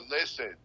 listen